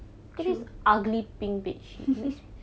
so